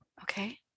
Okay